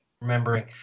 remembering